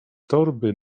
torby